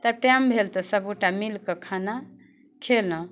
तब टइम भेल तऽ सबगोटा मिलिकऽ खाना खेलहुँ